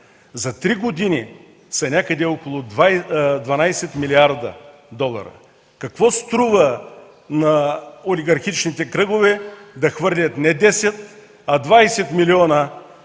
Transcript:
за три години са някъде около 12 млрд. долара. Какво струва на олигархичните кръгове да хвърлят не 10, а 20 милиона, или